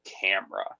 camera